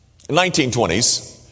1920s